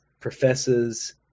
professors